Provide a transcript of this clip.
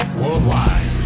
worldwide